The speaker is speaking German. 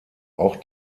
auch